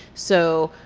so